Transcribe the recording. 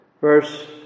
Verse